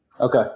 Okay